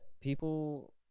people